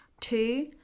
two